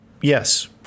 yes